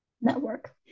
network